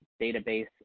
database